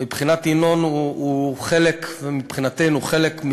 מבחינת ינון הוא חלק, ומבחינתנו הוא חלק,